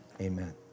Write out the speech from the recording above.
amen